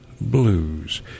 Blues